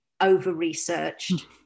over-researched